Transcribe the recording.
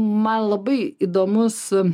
man labai įdomus